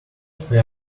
fair